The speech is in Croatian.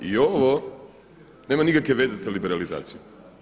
I ovo nema nikakve veze sa liberalizacijom.